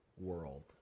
world